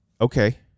okay